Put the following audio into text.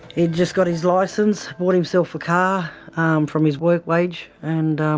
he'd just got his license, bought himself a car um from his work wage and